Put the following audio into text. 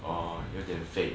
orh 有一点废